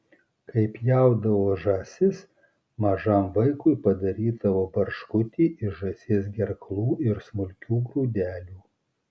kai pjaudavo žąsis mažam vaikui padarydavo barškutį iš žąsies gerklų ir smulkių grūdelių